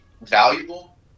valuable